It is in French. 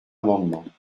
amendement